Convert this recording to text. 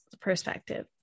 perspective